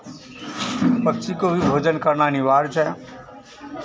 पक्षी को भी भोजन करना अनिवार्य है